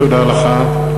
תודה לך.